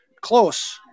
Close